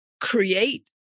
create